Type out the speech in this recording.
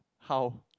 how